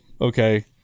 okay